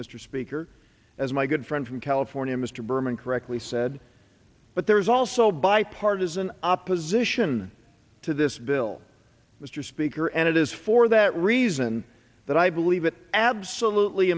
mr speaker as my good friend from california mr berman correctly said but there is also bipartisan opposition to this bill mr speaker and it is for that reason that i believe it absolutely